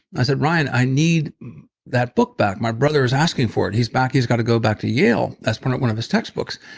i said, ryan, i need that book back. my brother is asking for it. he's back. he's got to go back to yale. that's one of his textbooks.